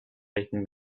making